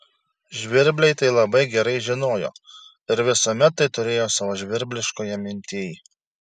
žvirbliai tai labai gerai žinojo ir visuomet tai turėjo savo žvirbliškoje mintyj